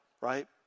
right